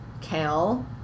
kale